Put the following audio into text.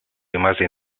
rimase